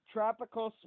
Tropical